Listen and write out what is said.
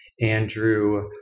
Andrew